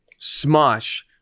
Smosh